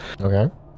Okay